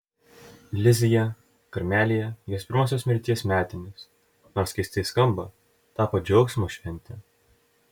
lizjė karmelyje jos pirmosios mirties metinės nors keistai skamba tapo džiaugsmo švente